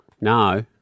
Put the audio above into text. No